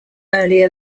earlier